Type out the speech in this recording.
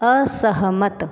असहमत